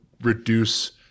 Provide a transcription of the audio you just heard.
reduce